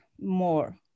more